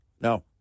no